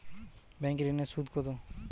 Bank ঋন এর সুদ কত?